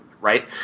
right